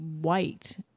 white